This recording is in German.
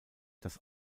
das